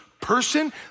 Person